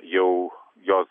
jau jos